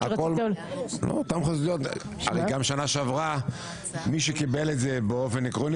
גם שנה שעברה מי שקיבל את זה באופן עקרוני